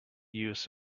use